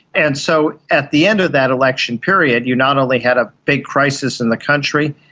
and so at the end of that election period you not only had a big crisis in the country,